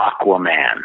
Aquaman